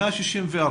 164,